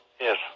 yes